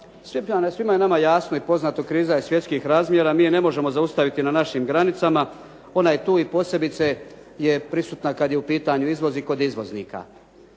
tvrdim? Pa svima je nama jasno i poznato kriza je svjetskih razmjera, mi je ne možemo zaustaviti na našim granicama, ona je tu i posebice je prisutna kada je u pitanju izvoz i kod izvoznika.